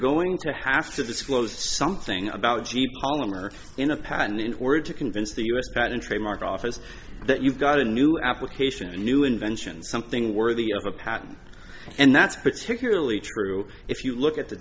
going to have to disclose something about g d polymer in a patent in order to convince the us patent trademark office that you've got a new application a new invention something worthy of a patent and that's particularly true if you look at the